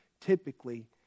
typically